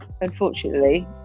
unfortunately